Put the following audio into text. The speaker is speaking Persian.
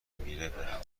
میره، برم